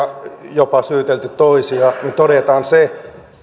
jopa syytelty toisia niin todetaan se